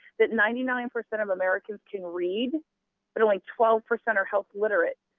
that ninety nine percent of americans can read but only twelve percent are health literate.